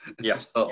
Yes